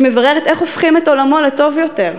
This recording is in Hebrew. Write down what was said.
שמבררת איך הופכים את עולמו לטוב יותר,